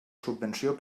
subvenció